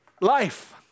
life